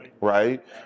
Right